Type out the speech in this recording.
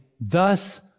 thus